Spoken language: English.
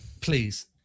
Please